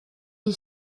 une